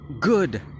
good